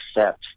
accept